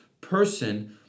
person